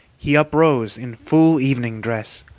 he uprose in full evening dress,